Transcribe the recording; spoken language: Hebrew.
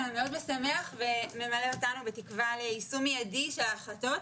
אלא גם מאוד משמח וממלא אותנו בתקווה ליישום מידי של ההחלטות.